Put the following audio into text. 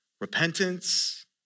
repentance